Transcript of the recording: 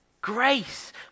Grace